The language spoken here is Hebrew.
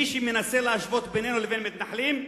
מי שמנסה להשוות בינינו לבין מתנחלים,